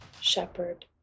shepherd